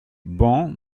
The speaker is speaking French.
bancs